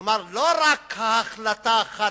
כלומר, לא רק ההחלטה חד-צדדית,